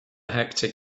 hectic